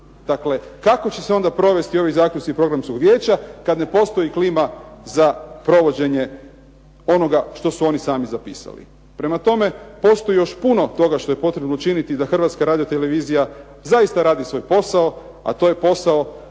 Dakle, kako će se onda provesti ovi zaključci programskog Vijeća kad ne postoji klima za provođenje onoga što su oni sami zapisali. Prema tome postoji još puno toga što je potrebno učiniti da Hrvatska radiotelevizija zaista radi svoj posao, a to je posao